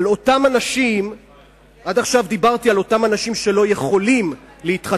עד עכשיו דיברתי על אנשים שאינם יכולים להינשא